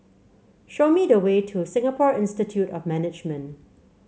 show me the way to Singapore Institute of Management